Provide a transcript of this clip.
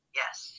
yes